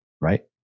Right